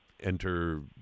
enter